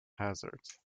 hazards